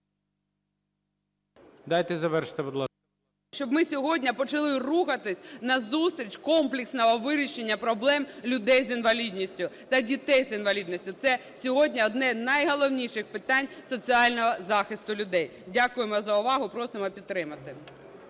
Дайте завершити, будь ласка. КОРОЛЕВСЬКА Н.Ю. Щоб ми сьогодні почали рухатися назустріч комплексного вирішення проблем людей з інвалідністю та дітей з інвалідністю. Це сьогодні одне з найголовніших питань соціального захисту людей. Дякуємо за увагу, просимо підтримати.